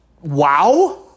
wow